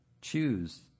Choose